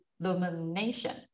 illumination